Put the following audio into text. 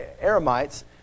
Aramites